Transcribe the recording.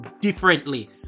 differently